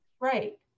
Right